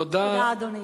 תודה, אדוני.